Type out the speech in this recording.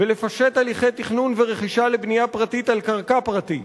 ולפשט הליכי תכנון ורכישה לבנייה פרטית על קרקע פרטית,